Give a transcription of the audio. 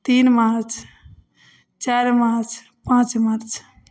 तीन मार्च चारि मार्च पाँच मार्च